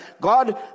God